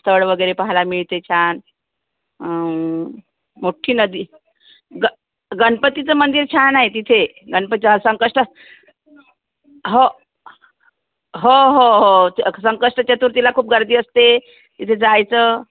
स्थळ वगैरे पाहायला मिळते छान मोठ्ठी नदी ग गणपतीचं मंदिर छान आहे तिथे गणपती संकष्ट हो हो हो हो संकष्ट चतुर्थीला खूप गर्दी असते तिथे जायचं